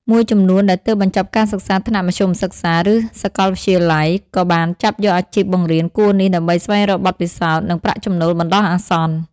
មួយចំនួនដែលទើបបញ្ចប់ការសិក្សាថ្នាក់មធ្យមសិក្សា ឬសាកលវិទ្យាល័យ ក៏បានចាប់យកអាជីពបង្រៀនគួរនេះដើម្បីស្វែងរកបទពិសោធន៍ និងប្រាក់ចំណូលបណ្តោះអាសន្ន។